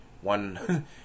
one